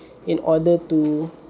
in order to